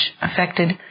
affected